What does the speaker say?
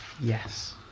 Yes